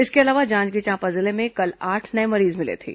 इसके अलावा जांजगीर चांपा जिले में कल आठ नए मरीज मिले थे